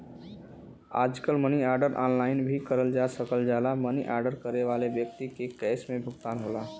आजकल money order online भी करल जा सकल जाला मनी आर्डर करे वाले व्यक्ति के कैश में भुगतान होला